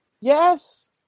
Yes